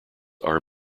are